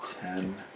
ten